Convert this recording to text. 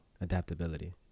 adaptability